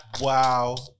Wow